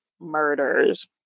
murders